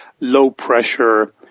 low-pressure